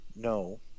No